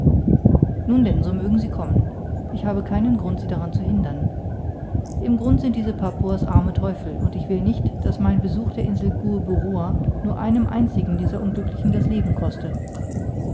nun denn so mögen sie kommen ich habe keinen grund sie daran zu hindern im grund sind diese papuas arme teufel und ich will nicht daß mein besuch der insel gueboroar nur einem einzigen dieser unglücklichen das leben koste